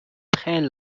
prennent